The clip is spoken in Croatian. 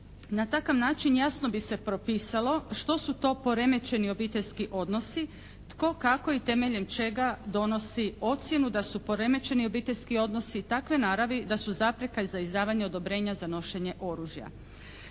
Na takav način jasno bi se propisalo što su to poremećeni obiteljski odnosi, tko, kako i temeljem čega donosi ocjenu da su poremećeni obiteljski odnosi takve naravi da su zaprjeka za izdavanje odobrenja za nošenje oružja.